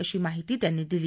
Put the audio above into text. अशी माहिती त्यांनी दिली